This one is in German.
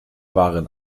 waren